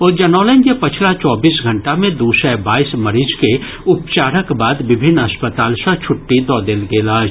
ओ जनौलनि जे पछिला चौबीस घंटा मे दू सय बाइस मरीज के उपचारक बाद विभिन्न अस्पताल सँ छुट्टी दऽ देल गेल अछि